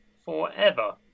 Forever